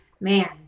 Man